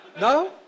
No